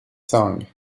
song